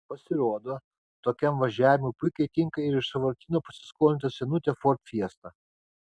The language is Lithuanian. pasirodo tokiam važiavimui puikiai tinka ir iš sąvartyno pasiskolinta senutė ford fiesta